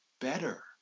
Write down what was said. better